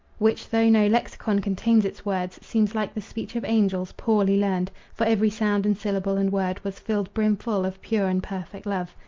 which, though no lexicon contains its words, seems like the speech of angels, poorly learned, for every sound and syllable and word was filled brimful of pure and perfect love.